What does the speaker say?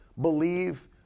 believe